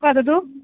वदतु